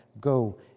go